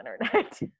internet